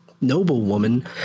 noblewoman